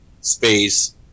space